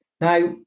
Now